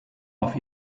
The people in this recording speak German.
auf